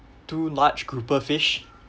two large grouper fish